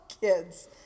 kids